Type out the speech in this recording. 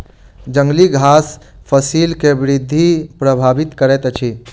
जंगली घास फसिल के वृद्धि प्रभावित करैत अछि